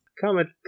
comment